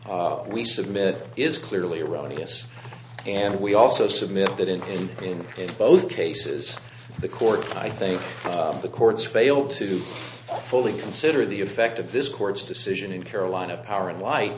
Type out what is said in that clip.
we submit is clearly erroneous and we also submit that in in both cases the court i think the courts failed to fully consider the effect of this court's decision in carolina power and light